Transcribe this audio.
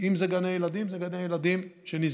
אם זה גני ילדים, אלה גני ילדים שנסגרו.